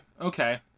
Okay